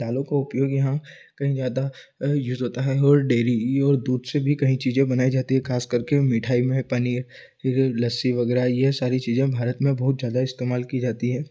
दालों को उपयोग यहाँ कहीं ज़्यादा यूज होता है और डेरी और दूध से भी कई चीज़ें बनाई जाती है ख़ास करके मिठाई में पनीर फिर लस्सी वगैरह ये सारी चीज़ें भारत में बहुत ज़्यादा इस्तेमाल की जाती है